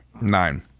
Nine